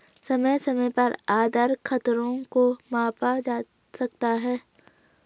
समय समय पर आधार खतरों को मापा जा सकता है